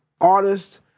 artists